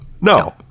no